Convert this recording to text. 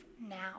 now